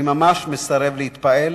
אני ממש מסרב להתפעל.